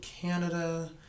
Canada